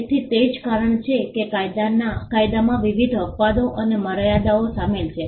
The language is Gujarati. તેથી તે જ કારણ છે કે કાયદામાં વિવિધ અપવાદો અને મર્યાદાઓ શામેલ છે